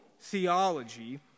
theology